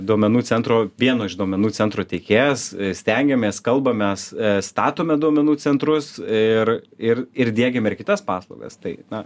duomenų centro vieno iš duomenų centrų tiekėjas stengiamės kalbamės statome duomenų centrus ir ir ir diegiam ir kitas paslaugas tai na